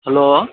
hello